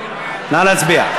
נא להצביע.